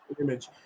image